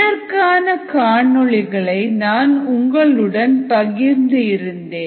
இதற்கான காணொளிகளை நான் உங்களுடன் பகிர்ந்து இருந்தேன்